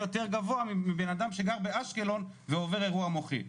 יותר גבוה מבנאדם שגר באשקלון ועבור אירוע מוחי?